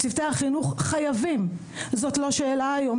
צוותי החינוך חייבים זאת לא שאלה היום,